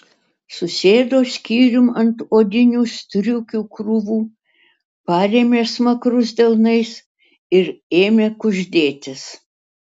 susėdo skyrium ant odinių striukių krūvų parėmė smakrus delnais ir ėmė kuždėtis